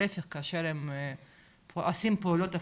להיפך כאשר הם עושים פעולות הפוכות.